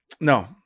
No